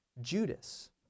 Judas